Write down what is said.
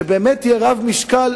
שבאמת יהיה רב-משקל,